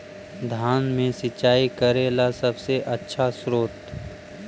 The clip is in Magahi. धान मे सिंचाई करे ला सबसे आछा स्त्रोत्र?